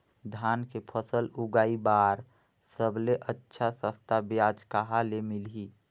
धान के फसल उगाई बार सबले अच्छा सस्ता ब्याज कहा ले मिलही?